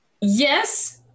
Yes